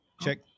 Check